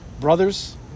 Brothers